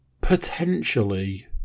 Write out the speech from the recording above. Potentially